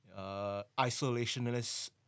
isolationist